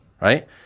right